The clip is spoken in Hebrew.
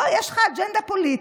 בוא, יש לך אג'נדה פוליטית,